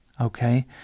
Okay